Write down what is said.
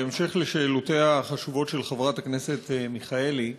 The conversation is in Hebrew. בהמשך לשאלותיה החשובות של חברת הכנסת מיכאלי,